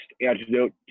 antidote